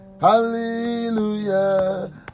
Hallelujah